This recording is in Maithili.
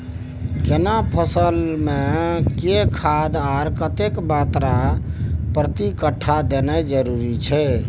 केना फसल मे के खाद आर कतेक मात्रा प्रति कट्ठा देनाय जरूरी छै?